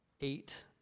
eight